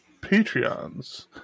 patreons